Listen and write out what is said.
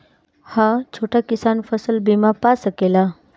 हा छोटा किसान फसल बीमा पा सकेला?